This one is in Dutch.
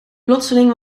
plotseling